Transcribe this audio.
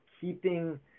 keeping